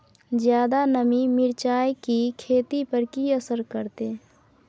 ज्यादा नमी मिर्चाय की खेती पर की असर करते?